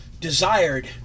desired